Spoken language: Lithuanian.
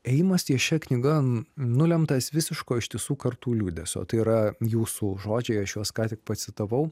ėjimas ties šia knyga nulemtas visiško ištisų kartų liūdesio tai yra jūsų žodžiai aš juos ką tik pacitavau